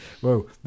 whoa